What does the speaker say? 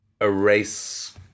erase